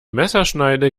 messerschneide